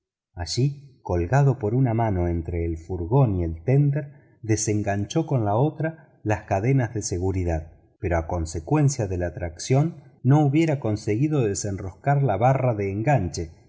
allí colgado por una mano entre el furgón y el ténder desenganchó con la otra las cadenas de seguridad pero a consecuencia de la tracción no hubiera conseguido desenroscar la barra de enganche